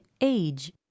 age